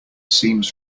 seems